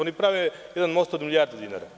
Oni prave jedan most od milijardu dinara.